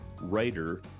writer